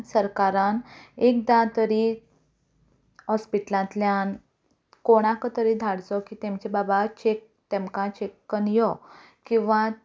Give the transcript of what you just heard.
सरकारान एकदां तरी हॉस्पिटलांतल्यान कोणाक तरी धाडचो की तेमच्या बाबा चॅक तेमकां चॅक करून यो किंवा